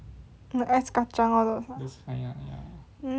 like ice kacang all those ah mm